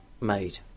made